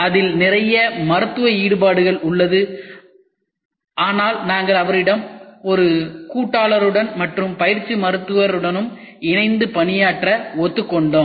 அதில் நிறைய மருத்துவ ஈடுபாடு உள்ளது ஆனால் நாங்கள் அவரிடம் ஒரு கூட்டாளருடன் மற்றும் பயிற்சி மருத்துவர் உடனும் இணைந்து பணியாற்ற ஒத்துக் கொண்டோம்